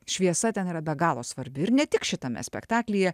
šviesa ten yra be galo svarbi ir ne tik šitame spektaklyje